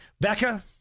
becca